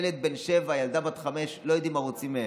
ילד בן שבע, ילדה בת חמש, לא יודעים מה רוצים מהם.